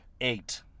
Eight